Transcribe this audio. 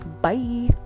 Bye